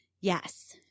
Yes